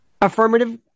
affirmative